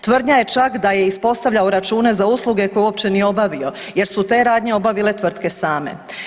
Tvrdnja je čak da je ispostavljao račune za usluge koje uopće nije obavio jer su te radnje obavile tvrtke same.